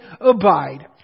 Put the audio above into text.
abide